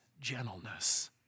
gentleness